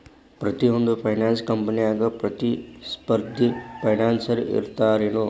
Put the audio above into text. ಪ್ರತಿಯೊಂದ್ ಫೈನಾನ್ಸ ಕಂಪ್ನ್ಯಾಗ ಪ್ರತಿಸ್ಪರ್ಧಿ ಫೈನಾನ್ಸರ್ ಇರ್ತಾರೆನು?